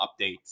updates